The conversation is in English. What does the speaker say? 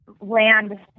land